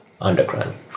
underground